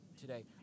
today